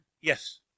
yes